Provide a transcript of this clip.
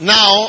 Now